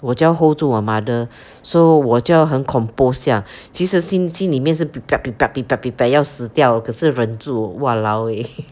我就要 hold 住我 mother so 我就要很 compose 这样其实心心里面是 要死掉可是稳住 !walao! eh